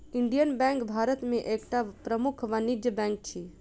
Indian bank Bharat में एकटा प्रमुख वाणिज्य बैंक अछि